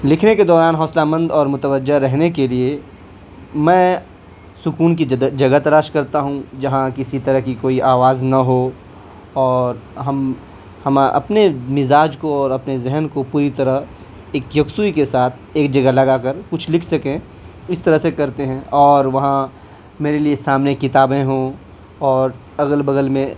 لکھنے کے دوران حوصلہ مند اور متوجہ رہنے کے لیے میں سکون کی جگہ تلاش کرتا ہوں جہاں کسی طرح کی کوئی آواز نہ ہو اور ہم ہم اپنے مزاج کو اور اپنے ذہن کو پوری طرح ایک یکسوئی کے ساتھ ایک جگہ لگا کر کچھ لکھ سکیں اس طرح سے کرتے ہیں اور وہاں میرے لیے سامنے کتابیں ہوں اور اگل بگل میں